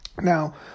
Now